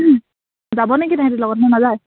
যাব নেকি তেহেঁতি লগত নে নাযায়